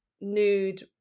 nude